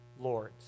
lords